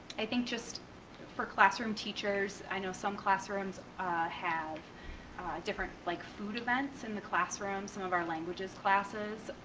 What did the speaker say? i think just for classroom teachers, i know some classrooms have different, like food events in the classroom, some of our languages classes.